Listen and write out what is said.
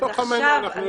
בתוך עמנו אנחנו יושבים.